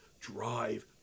drive